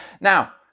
Now